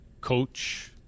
Coach